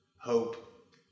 hope